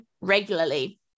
regularly